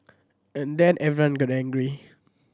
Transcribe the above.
and then everyone got angry